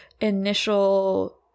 initial